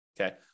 okay